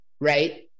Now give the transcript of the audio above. right